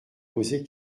poser